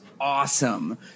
awesome